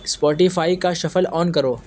Spotify کا shuffle on کرو